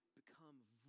become